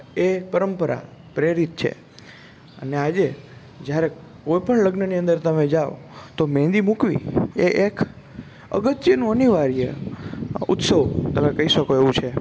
એ પરંપરા પ્રેરિત છે અને આજે જ્યારે કોઈ પણ લગ્નની અંદર તમે જાઓ તો મેંદી મૂકવી એ એક અગત્યનું અનિવાર્ય ઉત્સવ તમે કઈ શકો એવું છે